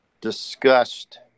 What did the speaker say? discussed